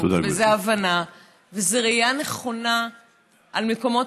וזה הבנה וזה ראייה נכונה על מקומות